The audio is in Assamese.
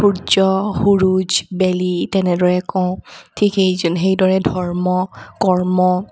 সূৰ্য সূৰুজ বেলি তেনেদৰে কওঁ ঠিক সেইজনে সেইদৰে ধৰ্ম কৰ্ম